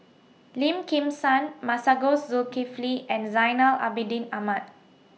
Lim Kim San Masagos Zulkifli and Zainal Abidin Ahmad